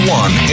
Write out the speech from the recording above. one